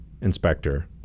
inspector